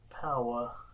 Power